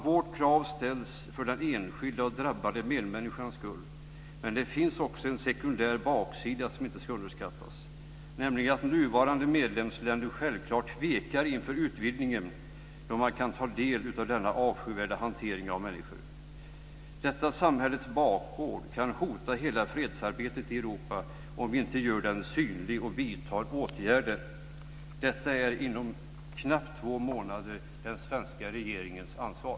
Vårt krav ställs för den enskilde, drabbade medmänniskans skull. Men det finns också en sekundär baksida som inte ska underskattas, nämligen att nuvarande medlemsländer när de tar del av denna avskyvärda hantering av människor självklart tvekar inför utvidgningen. Detta samhällets bakgård kan hota hela fredsarbetet i Europa om vi inte gör den synlig och vidtar åtgärder. Detta är inom knappt två månader den svenska regeringens ansvar.